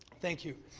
thank you.